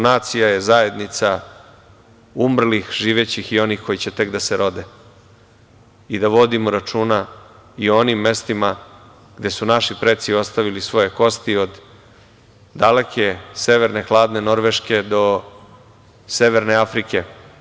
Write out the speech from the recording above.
Nacija je zajednica umrlih, živećih i onih koji će tek da se rode i da vodimo računa i o onim mestima gde su naši preci ostavili svoje kosti od daleke severne hladne Norveške do Severne Afrike.